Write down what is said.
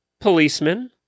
policemen